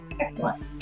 Excellent